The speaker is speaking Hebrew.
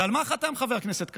ועל מה חתם חבר הכנסת כסיף?